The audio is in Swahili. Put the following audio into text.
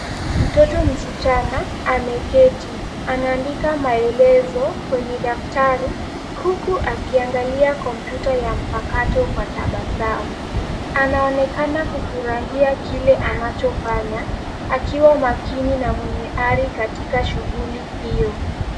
Mtoto msichana ameketi anaandika maelezo kwenye daftari uku akiangalia kompyuta ya mpakato kwa tabasamu. Anaonekana kufurahia kile anachofanya akiwa makini na mwenye hari katika shughuli hio.